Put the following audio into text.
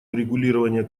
урегулирования